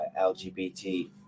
LGBT